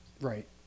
Right